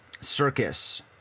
circus